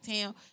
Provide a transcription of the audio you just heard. town